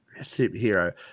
superhero